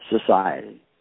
society